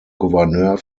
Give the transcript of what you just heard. gouverneur